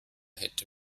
hätte